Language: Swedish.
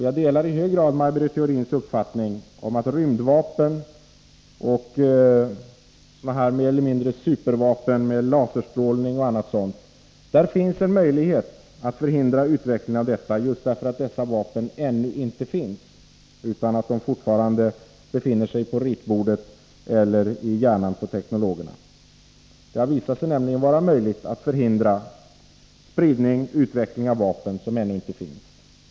Jag delar i hög grad Maj Britt Theorins uppfattning att det finns en möjlighet att förhindra utvecklingen av rymdvapen och olika ”supervapen” med laserstrålning och annat, just därför att dessa vapen ännu inte finns utan fortfarande befinner sig på ritbordet eller i teknologernas hjärnor. Det har nämligen visat sig möjligt att förhindra utveckling och spridning av vapen som ännu inte finns.